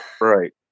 Right